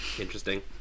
Interesting